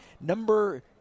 Number